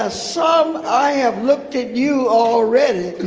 ah some i have looked at you already